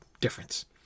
difference